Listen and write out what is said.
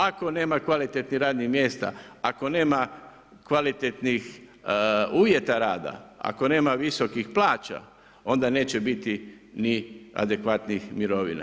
Ako nema kvalitetnih radnih mjesta, ako nema kvalitetnih uvjeta rada, ako nema visokih plaća, onda neće biti ni adekvatnim mirovina.